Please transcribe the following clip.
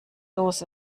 los